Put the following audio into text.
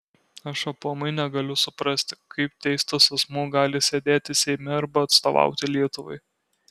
aš aplamai negaliu suprasti kaip teistas asmuo gali sėdėti seime arba atstovauti lietuvai